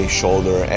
shoulder